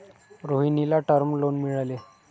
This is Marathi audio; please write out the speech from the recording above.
रोहिणीला टर्म लोन मिळाले